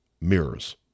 mirrors